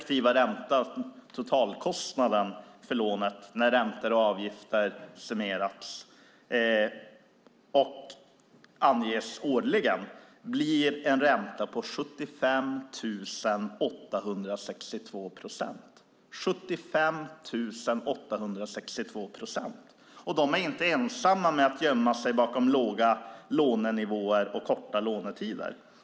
Totalkostnaden för lånet när räntor och avgifter summerats blir 75 862 procent årligen. Företaget är inte ensamt om att gömma sig bakom låga lånenivåer och korta lånetider.